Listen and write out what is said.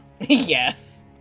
Yes